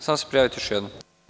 Samo se prijavite još jednom.